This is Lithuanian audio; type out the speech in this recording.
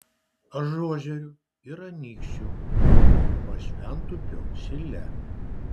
ažuožerių ir anykščių pašventupio šile